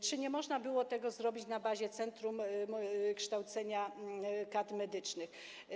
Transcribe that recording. Czy nie można było tego zrobić na bazie Centrum Kształcenia Kadr Medycznych?